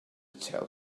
tell